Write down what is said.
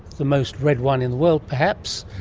the most read one in the world perhaps,